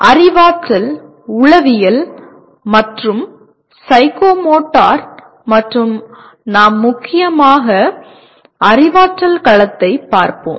அறிவாற்றல் உளவியல் மற்றும் சைக்கோமோட்டர் மற்றும் நாம் முக்கியமாக அறிவாற்றல் களத்தைப் பார்ப்போம்